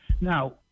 Now